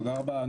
תודה רבה.